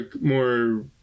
more